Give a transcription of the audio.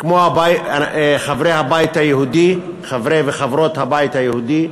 כמו חברי הבית היהודי, חברי וחברות הבית היהודי.